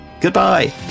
Goodbye